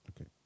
okay